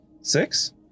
six